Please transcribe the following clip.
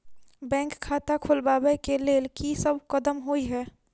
Bank खाता खोलबाबै केँ लेल की सब कदम होइ हय?